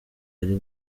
ari